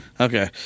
Okay